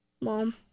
Mom